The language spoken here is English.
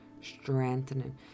strengthening